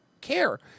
care